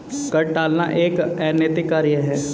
कर टालना एक अनैतिक कार्य है